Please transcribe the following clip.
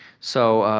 so,